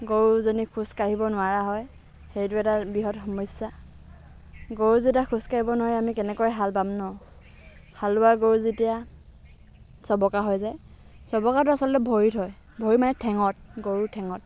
গৰুজনী খোজকাঢ়িব নোৱাৰা হয় সেইটো এটা বৃহৎ সমস্যা গৰু যেতিয়া খোজকাঢ়িব নোৱাৰে আমি কেনেকৈ হাল বাম ন' হালোৱা গৰুৰ যেতিয়া চবকা হৈ যায় চবকাটো আচলতে ভৰিত হয় ভৰি মানে ঠেঙত গৰুৰ ঠেঙত